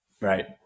right